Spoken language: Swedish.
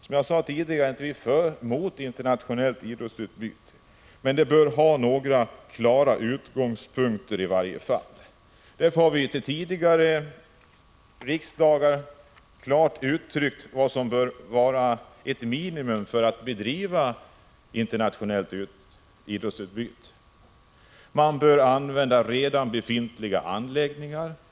Som jag sade tidigare är vi inte mot internationellt idrottsutbyte, men vi anser att det i varje fall bör ha några klara utgångspunkter. Därför har vi till tidigare riksdagar klart uttryckt vad som bör vara ett minimum för att man skall bedriva ett internationellt idrottsutbyte: Man bör använda redan befintliga anläggningar.